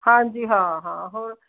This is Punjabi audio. ਹਾਂਜੀ ਹਾਂ ਹਾਂ ਹੋਰ